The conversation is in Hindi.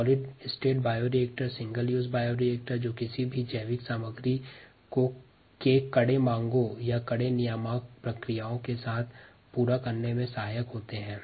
सॉलिड स्टेट बायोरिएक्टर और सिंगल यूज़ बायोरिएक्टर सामान्यतः जैविक पदार्थ का निर्माण हेतु कड़े मांगों को नियामक प्रक्रियाओं के अनुसार पूरा करने में सहायक होते हैं